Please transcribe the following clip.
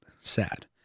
sad